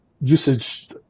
usage